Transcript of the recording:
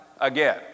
again